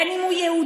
בין אם הוא יהודי,